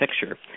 picture